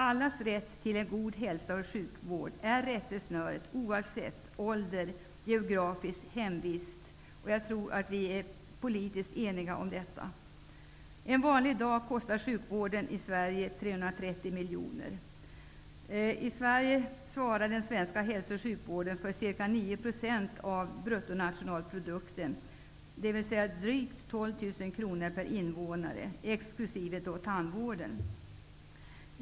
Allas rätt till en god hälso och sjukvård är rättesnöret oavsett ålder, geografisk hemvist m.m. Jag tror att vi är politiskt eniga om detta. miljoner kronor. Hälso och sjukvården i Sverige svarar för ca 9 % av bruttonationalprodukten, dvs. drygt 12 000 kr per invånare, exkl. tandvården.